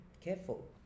careful